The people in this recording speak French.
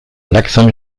l’accent